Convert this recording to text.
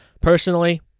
Personally